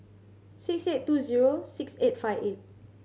six eight two zero six eight five eight